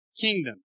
kingdom